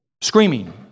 screaming